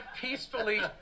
peacefully